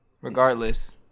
Regardless